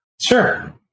Sure